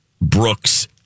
Brooks